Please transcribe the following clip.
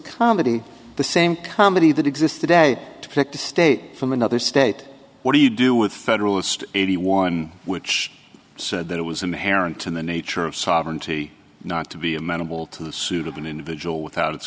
comedy the same company that exists today to collect the state from another state what do you do with federalist eighty one which said that it was inherent in the nature of sovereignty not to be amenable to the suit of an individual without it